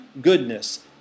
goodness